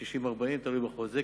יש 60% 40% תלוי בחוזה.